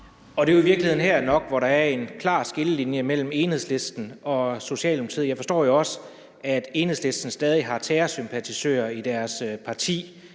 Det er jo i virkeligheden nok her, der er en klar skillelinje mellem Enhedslisten og Socialdemokratiet. Jeg forstår jo også, at Enhedslisten stadig har terrorsympatisører i deres parti,